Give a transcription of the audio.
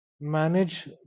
manage